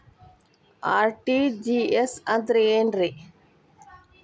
RTGS ಅಂದ್ರ ಏನ್ರಿ?